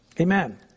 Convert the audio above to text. Amen